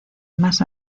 más